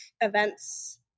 events